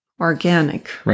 organic